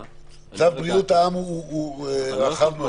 צו בריאות העם הוא רחב מאוד.